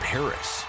Paris